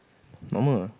normal